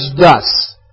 thus